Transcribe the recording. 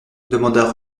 demanda